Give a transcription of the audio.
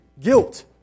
Guilt